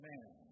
Man